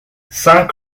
cinq